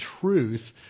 truth